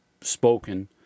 spoken